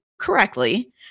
Correctly